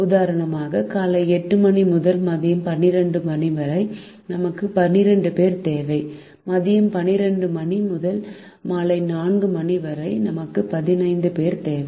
உதாரணமாக காலை 8 மணி முதல் மதியம் 12 மணி வரை நமக்கு 12 பேர் தேவை மதியம் 12 மணி முதல் மாலை 4 மணி வரை நமக்கு 15 பேர் தேவை